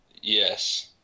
yes